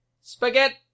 Spaghetti